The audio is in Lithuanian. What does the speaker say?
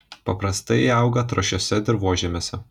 paprastai jie auga trąšiuose dirvožemiuose